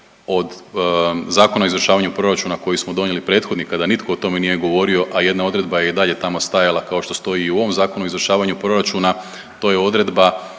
od Zakona o izvršavanju proračuna koji smo donijeli prethodni kada nitko o tome nije govorio, a jedna odredba je i dalje tamo stajala kao što stoji i u ovom Zakonu o izvršavanju proračuna, to je odredba